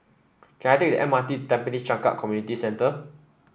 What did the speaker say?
can I take the M R T to Tampines Changkat Community Centre